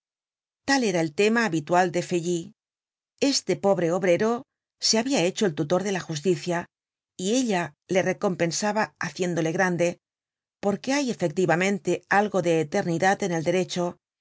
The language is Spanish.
tal era el tema habitual de feuilly este pobre obrro se habia hecho el tutor de la justicia y ella le recompensaba haciéndole grande porque hay efectivamente algo de eternidad en el derecho